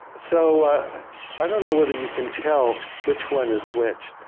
so i don't know whether you can tell, which one is which?